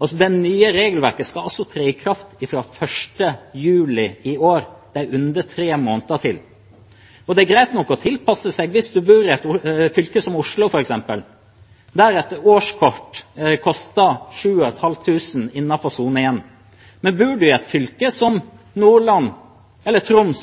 altså tre i kraft fra 1. juli i år. Det er under tre måneder til. Det er greit nok å tilpasse seg hvis en bor i et fylke som Oslo f.eks., der et årskort koster 7 500 kr innenfor sone 1. Men bor en i et fylke som Nordland, Troms,